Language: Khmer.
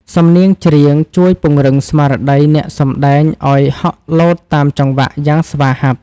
សំនៀងច្រៀងជួយពង្រឹងស្មារតីអ្នកសម្ដែងឱ្យហក់លោតតាមចង្វាក់យ៉ាងស្វាហាប់។